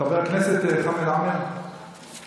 חבר הכנסת חמד עמאר.